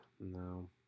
No